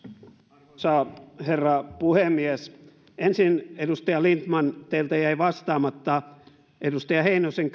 arvoisa herra puhemies ensin edustaja lindtman teiltä jäi vastaamatta edustajan heinosen